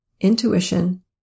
intuition